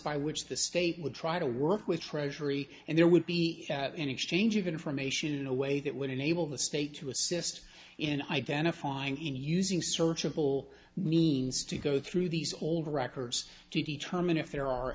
by which the state would try to work with treasury and there would be an exchange of information in a way that would enable the state to assist in identifying in using searchable means to go through these old records to determine if there are